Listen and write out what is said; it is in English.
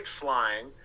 flying